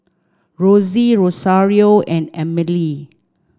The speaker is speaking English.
Rossie Rosario and Amelie